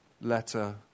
letter